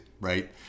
right